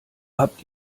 habt